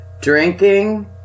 drinking